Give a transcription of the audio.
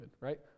right